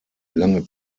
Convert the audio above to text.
lange